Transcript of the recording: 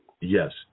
Yes